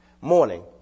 morning